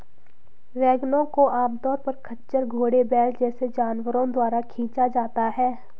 वैगनों को आमतौर पर खच्चर, घोड़े, बैल जैसे जानवरों द्वारा खींचा जाता है